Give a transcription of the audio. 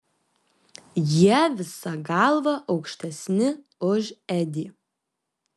jie visa galva aukštesni už edį